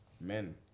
Men